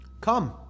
come